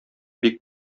бик